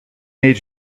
age